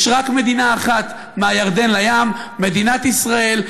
יש רק מדינה אחת מהירדן לים, מדינת ישראל.